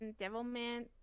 Devilman